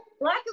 Black